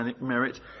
merit